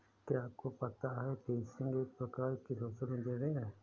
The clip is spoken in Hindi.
क्या आपको पता है फ़िशिंग एक प्रकार की सोशल इंजीनियरिंग है?